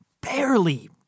barely